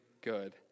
good